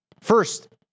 First